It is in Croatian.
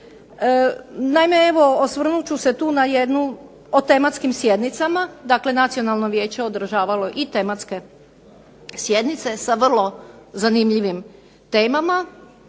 Naime, evo osvrnut ću se tu na jednu o tematskim sjednicama. Dakle, Nacionalno vijeće je održavalo i tematske sjednice sa vrlo zanimljivim temama.